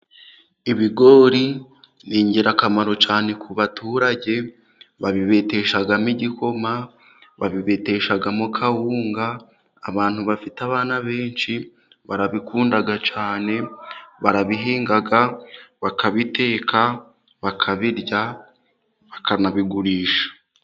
Ibigori ni ingirakamaro cyane ku baturage, babibeteshamo igikoma, babibeteshamo kawunga. Abantu bafite abana benshi barabikunda cyane. Barabihinga, bakabiteka, bakabirya, bakanabigurisha.